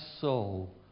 soul